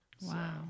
Wow